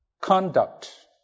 conduct